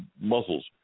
muscles